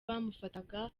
bamufataga